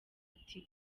ati